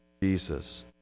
Jesus